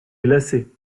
glacé